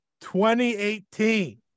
2018